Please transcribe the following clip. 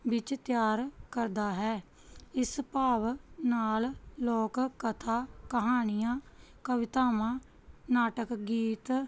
ਵਿੱਚ ਤਿਆਰ ਕਰਦਾ ਹੈ ਇਸ ਭਾਵ ਨਾਲ ਲੋਕ ਕਥਾ ਕਹਾਣੀਆਂ ਕਵਿਤਾਵਾਂ ਨਾਟਕ ਗੀਤ